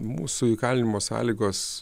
mūsų įkalinimo sąlygos